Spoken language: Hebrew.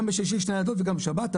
גם בשישי וגם בשבת יש ניידות,